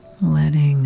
Letting